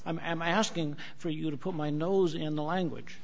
i'm am i asking for you to put my nose in the language